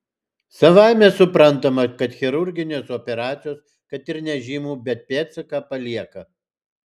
savaime suprantama kad chirurginės operacijos kad ir nežymų bet pėdsaką palieka